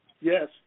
Yes